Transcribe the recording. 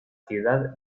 ciudad